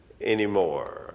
anymore